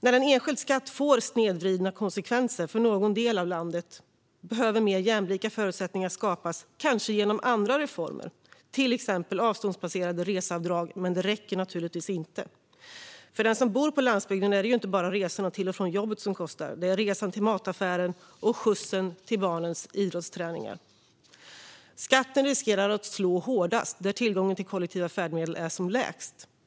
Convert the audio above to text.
När en enskild skatt får snedvridna konsekvenser för någon del av landet behöver mer jämlika förutsättningar skapas - kanske genom andra reformer, till exempel avståndsbaserade reseavdrag. Men detta räcker naturligtvis inte. För den som bor på landsbygden är det ju inte bara resorna till och från jobbet som kostar; det är också resan till mataffären och skjutsen till barnens idrottsträningar. Skatten riskerar att slå hårdast där tillgången till kollektiva färdmedel är som lägst.